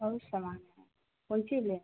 बहुत सामान है कौन चीज़ लें